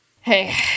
hey